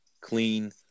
clean